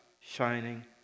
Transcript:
shining